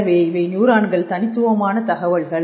எனவே இவை நியூரான்கள் தனித்துவமான தகவல்கள்